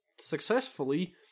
successfully